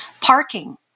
Parking